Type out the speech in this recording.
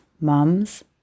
mums